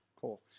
Cool